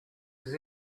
his